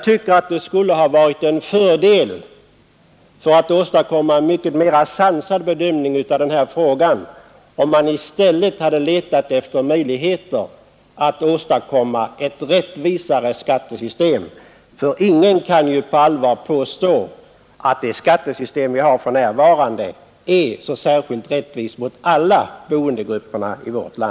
För att åstadkomma en mera sansad bedömning av denna fråga skulle det ha varit en fördel, om man i stället hade sökt möjligheter att åstadkomma ett rättvisare skattesystem. Ingen kan väl på allvar påstå att det skattesystem vi har för närvarande är särskilt rättvist de olika boendegrupperna emellan.